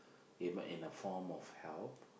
even in the form of help